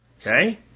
okay